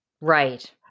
Right